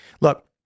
Look